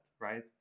right